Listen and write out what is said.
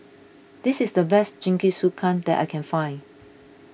this is the best Jingisukan that I can find